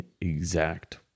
exact